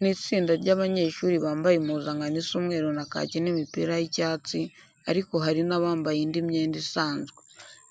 Ni itsinda ry'abanyeshuri bambaye impuzankano isa umweru na kake n'imipira y'icyatsi ariko hari n'abambaye indi myenda isanzwe.